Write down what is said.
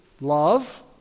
love